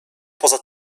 poza